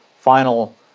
final